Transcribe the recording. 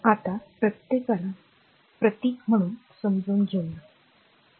आता प्रत्येकाला प्रतीक म्हणून देखील समजून घ्यावे लागेल